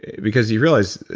because you realize,